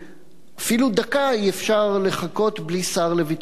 אפילו דקה אי-אפשר לחכות בלי שר לביטחון עורף,